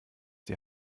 die